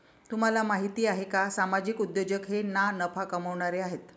तुम्हाला माहिती आहे का सामाजिक उद्योजक हे ना नफा कमावणारे आहेत